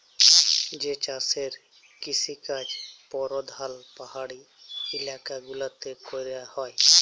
যে চাষের কিসিকাজ পরধাল পাহাড়ি ইলাকা গুলাতে ক্যরা হ্যয়